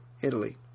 Italy